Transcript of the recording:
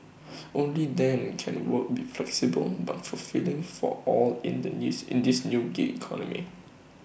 only then can work be flexible but fulfilling for all in the news in this new gig economy